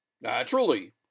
Naturally